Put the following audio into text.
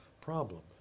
problem